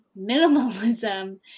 minimalism